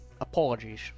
Apologies